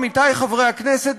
עמיתי חברי הכנסת,